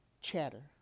chatter